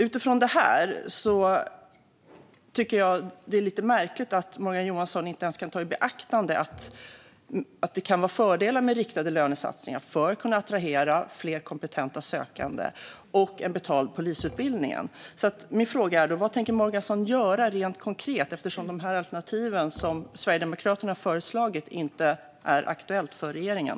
Utifrån detta tycker jag att det är lite märkligt att Morgan Johansson inte ens kan ta i beaktande att det kan finnas fördelar med riktade lönesatsningar för att attrahera fler kompetenta sökande och med att införa en betald polisutbildning. Min fråga är därför: Vad tänker Morgan Johansson göra rent konkret? De alternativ som Sverigedemokraterna har föreslagit är tydligen inte aktuella för regeringen.